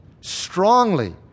strongly